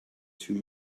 two